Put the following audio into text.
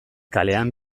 kalean